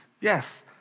Yes